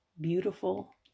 Beautiful